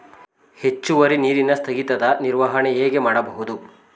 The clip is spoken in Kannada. ಹೆಚ್ಚುವರಿ ನೀರಿನ ಸ್ಥಗಿತದ ನಿರ್ವಹಣೆ ಹೇಗೆ ಮಾಡಬಹುದು?